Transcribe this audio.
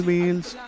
Meals